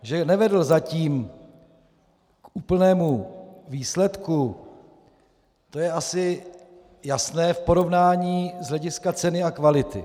Že nevedl zatím k úplnému výsledku, to je asi jasné v porovnání z hlediska ceny a kvality.